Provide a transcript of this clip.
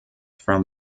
from